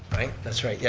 right? that's right, yeah